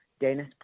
Dennis